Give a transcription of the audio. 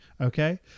Okay